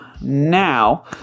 now